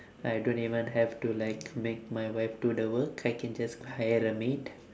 I don't even have to like make my wife do the work I can just hire a maid